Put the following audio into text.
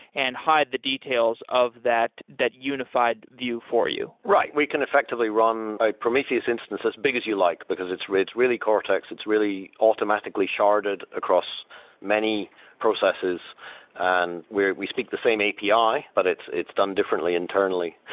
and hide the details of that that unified view for you. right, and we can effectively run a prometheus instance as big as you like, because it's really it's really cortex. it's really automatically sharded across many processes and where we speak the same api, but it's it's done differently internally.